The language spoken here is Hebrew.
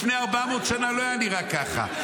לפני 400 שנה לא היה נראה ככה.